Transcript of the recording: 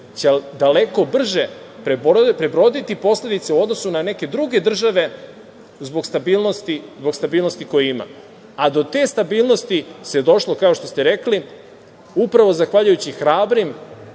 će daleko brže prebroditi posledice u odnosu na neke druge države zbog stabilnosti koje ima, a do te stabilnosti se došlo, kao što ste rekli, upravo zahvaljujući hrabrim,